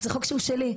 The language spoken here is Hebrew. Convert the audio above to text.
זה חוק שהוא שלי.